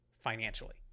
financially